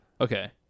okay